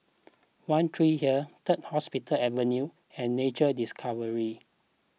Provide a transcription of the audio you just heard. one Tree Hill Third Hospital Avenue and Nature Discovery